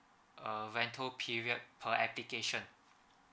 uh rental period per application